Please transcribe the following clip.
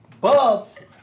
Bubs